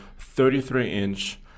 33-inch